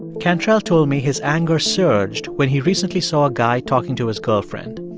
cantrell told me his anger surged when he recently saw a guy talking to his girlfriend.